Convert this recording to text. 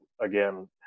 again